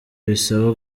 bisaba